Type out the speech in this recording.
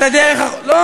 את הדרך, אבל הוא ממרצ.